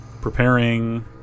Preparing